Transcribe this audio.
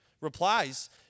replies